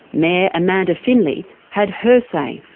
mayor amanda findley had her say.